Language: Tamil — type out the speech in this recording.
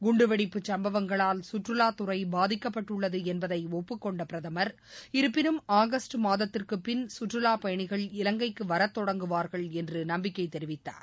குண்டுவெடிப்பு சம்பவங்களால் சுற்றுவாத்துறை பாதிக்கப்பட்டுள்ளது என்பதை ஒப்புக்கொண்ட பிரதமர் இருப்பினும் ஆகஸ்ட் மாதத்திற்கு பின் சுற்றுவாப் பயணிகள் இலங்கைக்கு வரத்தொடங்குவார்கள் என்று நம்பிக்கை தெரிவித்தார்